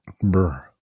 Brr